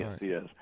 Yes